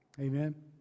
Amen